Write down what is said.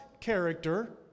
character